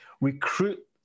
recruit